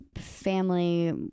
family